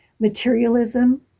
Materialism